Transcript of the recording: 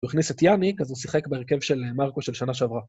הוא הכניס את יאניק, אז הוא שיחק בהרכב של מרקו של שנה שעברה.